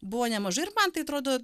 buvo nemažai ir man tai atrodo